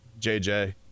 JJ